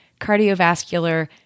cardiovascular